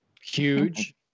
huge